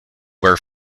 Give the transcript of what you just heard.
were